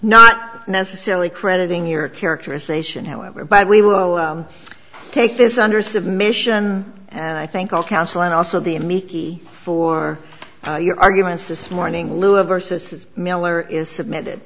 not necessarily crediting your characterization however but we will take this under submission and i think all counsel and also the a mickey for your arguments this morning lua versus miller is submitted